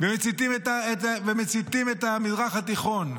ומציתים את המזרח התיכון.